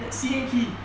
C A T